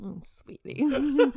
sweetie